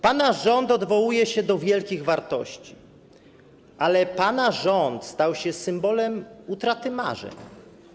Pana rząd odwołuje się do wielkich wartości, ale pana rząd stał się symbolem utraty marzeń.